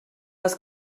les